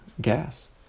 gas